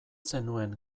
zenuen